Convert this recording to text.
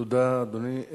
תודה, אדוני.